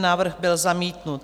Návrh byl zamítnut.